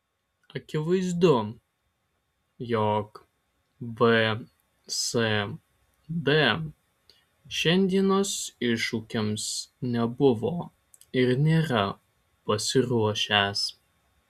akivaizdu jog vsd šiandienos iššūkiams nebuvo ir nėra pasiruošęs